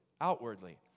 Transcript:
outwardly